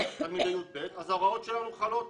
אז ההוראות שלנו חלות,